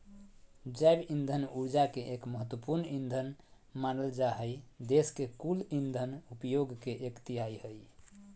जैव इंधन ऊर्जा के एक महत्त्वपूर्ण ईंधन मानल जा हई देश के कुल इंधन उपयोग के एक तिहाई हई